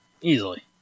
Easily